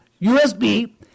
USB